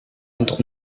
untuk